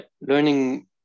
learning